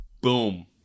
Boom